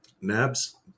Nabs